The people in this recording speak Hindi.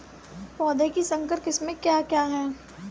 पौधों की संकर किस्में क्या क्या हैं?